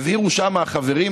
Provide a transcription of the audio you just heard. הבהירו שם החברים,